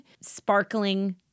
Sparkling